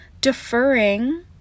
deferring